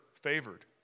favored